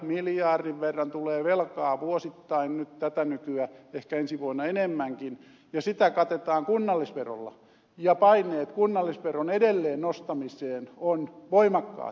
miljardin verran tulee velkaa vuosittain tätä nykyä ehkä ensi vuonna enemmänkin ja sitä katetaan kunnallisverolla ja paineet kunnallisveron edelleen nostamiseen ovat voimakkaat